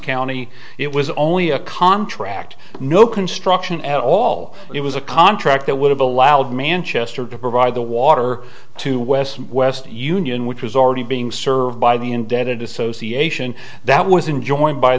county it was only a contract no construction at all it was a contract that would have allowed manchester to provide the water to west west union which was already being served by the indebted association that was in joint by